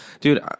dude